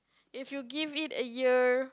if you give it a year